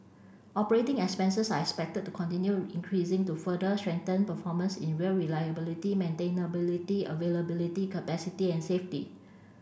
operating expenses are expected to continue increasing to further strengthen performance in rail reliability maintainability availability capacity and safety